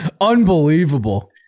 Unbelievable